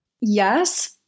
Yes